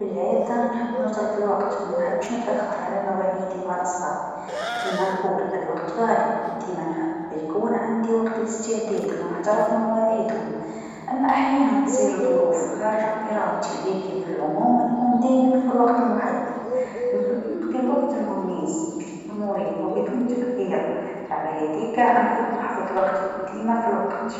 في العاده نحب نوصل في الوقت، منحبش نتأخر على مواعيدي مع لصحاب، كيما نقول الوقت غالي و ديما نحب يكون عندي وقت لإستعداد و نحترم مواعيدهم، أما أحيانا تصير ظروف خارجه عن إرادتي لكن في العموم نكون دايما في الوقت المحدد، نحب نقضي الوقت مع الناس بشكل مريح و بدون تأخير على هاذيك نحب نحفظ وقتي و ديما في الوقت.